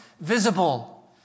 visible